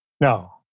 No